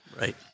Right